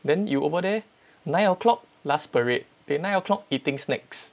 then you over there nine o'clock last parade they nine o'clock eating snacks